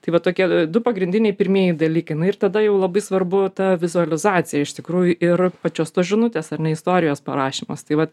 tai va tokie du pagrindiniai pirmieji dalykai na ir tada jau labai svarbu ta vizualizacija iš tikrųjų ir pačios tos žinutės ar ne istorijos parašymas tai vat